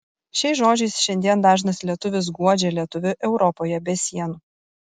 šiais žodžiais šiandien dažnas lietuvis guodžia lietuvį europoje be sienų